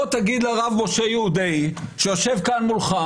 בוא תגיד לרב משה יהודאי שיושב כאן מולך,